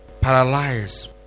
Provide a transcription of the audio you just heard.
paralyzed